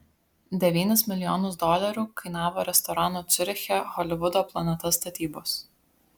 devynis milijonus dolerių kainavo restorano ciuriche holivudo planeta statybos